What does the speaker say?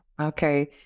Okay